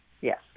Yes